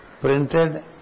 printed